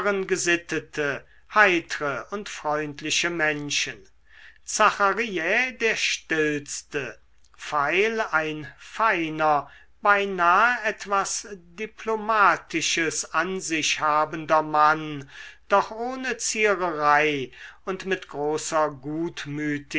gesittete heitre und freundliche menschen zachariä der stillste pfeil ein feiner beinahe etwas diplomatisches an sich habender mann doch ohne ziererei und mit großer